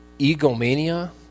egomania